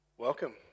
Welcome